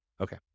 Okay